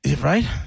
right